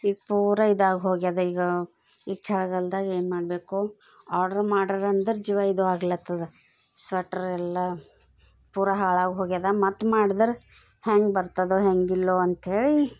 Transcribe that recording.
ಈಗ ಪೂರ ಇದಾಗಿ ಹೋಗ್ಯದೆ ಈಗ ಈಗ ಚಳ್ಗಾಲ್ದಾಗ ಏನು ಮಾಡಬೇಕು ಆರ್ಡ್ರ್ ಮಾಡಿರೆಂದರೆ ಜೀವ ಇದಾಗ್ಲತ್ತದ ಸ್ವೆಟ್ರೆಲ್ಲ ಪೂರ ಹಾಳಾಗಿ ಹೋಗ್ಯದೆ ಮತ್ತು ಮಾಡಿದರೆ ಹೆಂಗ ಬರ್ತದೋ ಹೆಂಗಿಲ್ಲೋ ಅಂಥೇಳಿ